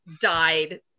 died